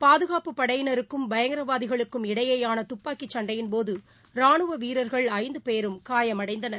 பாகுகாப்பு படையினருக்கும்பயங்கரவாதிகளுக்கும் இடையேயானதுப்பாக்கிச் சண்டையின்போதுராணுவவீரர்கள் ஐந்துபேரும் காயமடைந்தனர்